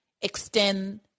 extend